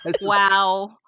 wow